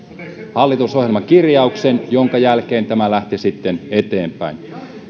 hallitusohjelmakirjauksen jonka jälkeen tämä sitten lähti eteenpäin